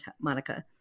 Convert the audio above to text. Monica